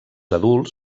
adults